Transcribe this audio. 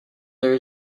there